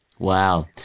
Wow